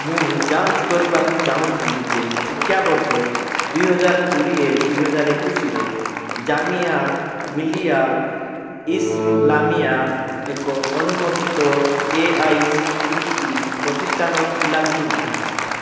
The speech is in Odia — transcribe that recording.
ମୁଁ ଯାଞ୍ଚ କରିବାକୁ ଚାହୁଁଥିଲି ଯେ ଶିକ୍ଷାବର୍ଷ ଦୁଇ ହଜାର କୋଡ଼ିଏ ଦୁଇ ହଜାର ଏକୋଇଶରେ ଜାମିଆ ମିଲିଆ ଇସ୍ଲାମିଆ ଏକ ଅନୁମୋଦିତ A I C T E ପ୍ରତିଷ୍ଠାନ ଥିଲା କି ନାହିଁ